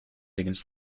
against